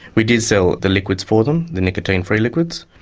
we did sell the liquids for them, the nicotine-free liquids.